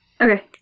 Okay